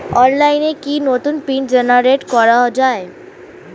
অনলাইনে কি নতুন পিন জেনারেট করা যায়?